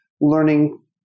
learning –